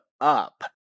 up